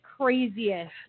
craziest